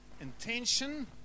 intention